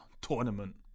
tournament